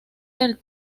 del